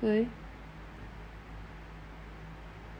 why